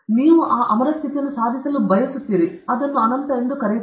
ನೀವು ಆ ಅಮರ ಸ್ಥಿತಿಯನ್ನು ಸಾಧಿಸಲು ಬಯಸುತ್ತೀರಿ ನೀವು ಅದನ್ನು ಅನಂತ ಎಂದು ಕರೆಯುತ್ತೀರಿ